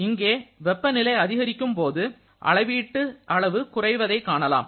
இங்கே வெப்பநிலை அதிகரிக்கும் போது அளவீட்டு அளவு குறைவதை காணலாம்